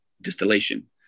distillation